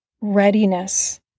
readiness